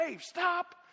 Stop